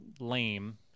lame